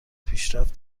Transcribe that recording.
پیشرفت